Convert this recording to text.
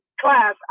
class